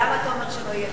למה אתה אומר שלא יהיה,